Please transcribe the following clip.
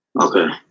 Okay